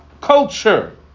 culture